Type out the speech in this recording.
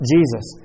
Jesus